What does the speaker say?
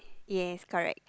yes correct